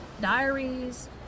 diaries